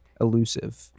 elusive